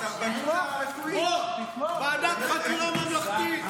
בוא, ועדת חקירה ממלכתית.